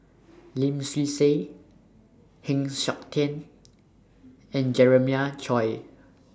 Lim Swee Say Heng Siok Tian and Jeremiah Choy